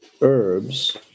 herbs